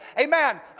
amen